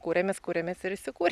kuremės kuremės ir įsikūrėm